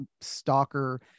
stalker